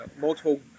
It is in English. multiple